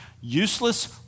Useless